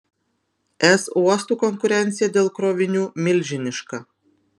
es uostų konkurencija dėl krovinių milžiniška